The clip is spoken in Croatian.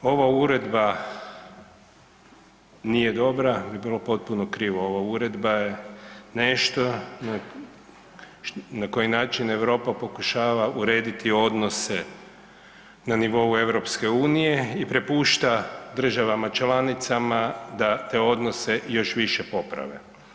Reći da ova uredba nije dobra bi bilo potpuno krivo, ova uredba je nešto na koji način Europa pokušava urediti odnose na nivou EU-a i prepušta državama članicama da te odnose još više poprave.